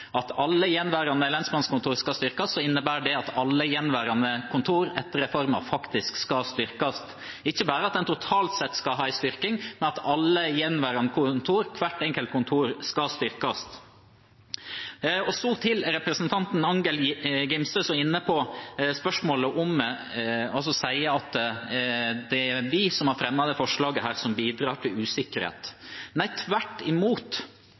at alle gjenværende lensmannskontorer skal styrkes, innebærer det at alle gjenværende kontorer etter reformen faktisk skal styrkes – ikke bare at en totalt sett skal ha en styrking, men at alle gjenværende kontorer, hvert enkelt kontor, skal styrkes. Så til representanten Angell Gimse, som sier at det er vi som har fremmet dette forslaget, som bidrar til usikkerhet. Nei, tvert imot!